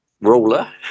ruler